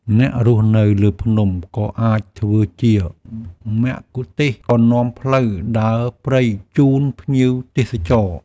អ្នករស់នៅលើភ្នំ ក៏អាចធ្វើជាមគ្គុទ្ទេសក៍នាំផ្លូវដើរព្រៃជូនភ្ញៀវទេសចរ។